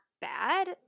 bad